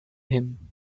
him